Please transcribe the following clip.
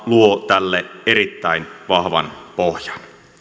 luo tälle erittäin vahvan pohjan